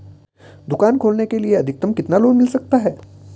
दुकान खोलने के लिए अधिकतम कितना लोन मिल सकता है?